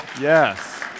Yes